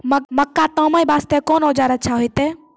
मक्का तामे वास्ते कोंन औजार अच्छा होइतै?